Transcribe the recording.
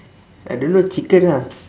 I don't know chicken ah